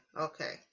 okay